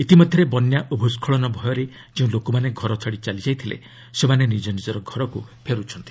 ଇତିମଧ୍ୟରେ ବନ୍ୟା ଓ ଭୂସ୍କଳନ ଭୟରେ ଯେଉଁ ଲୋକମାନେ ଘର ଛାଡ଼ି ଚାଲିଯାଇଥିଲେ ସେମାନେ ନିଜ ନିଜ ଘରକୁ ଫେର୍ ଛନ୍ତି